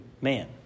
man